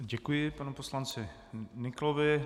Děkuji panu poslanci Nyklovi.